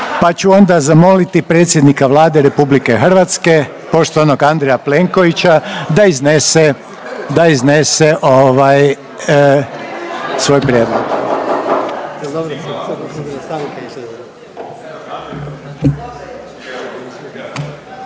Pa ću onda zamoliti predsjednika Vlade Republike Hrvatske poštovanog Andreja Plenkovića da iznese svoj prijedlog.